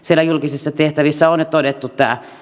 siellä julkisissa tehtävissä on todettu tämä